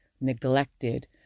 neglected